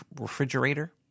refrigerator